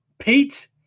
Pete